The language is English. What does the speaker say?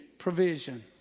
Provision